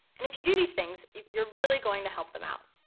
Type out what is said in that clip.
and if you do these things, you're really going to help them out.